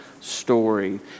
story